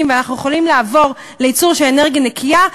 ואנחנו יכולים לעבור לייצור של אנרגיה נקייה,